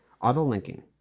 Auto-linking